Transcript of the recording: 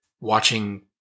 watching